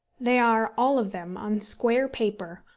they are, all of them, on square paper,